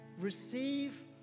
receive